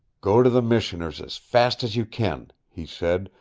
go to the missioner's as fast as you can, he said,